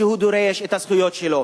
לא מיעוט שדורש את הזכויות שלו.